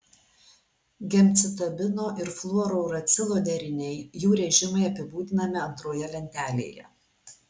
gemcitabino ir fluorouracilo deriniai jų režimai apibūdinami antroje lentelėje